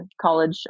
college